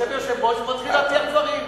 יושב יושב-ראש ומתחיל להטיח דברים.